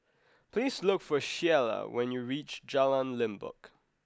please look for Shiela when you reach Jalan Limbok